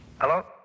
Hello